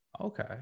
Okay